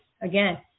Again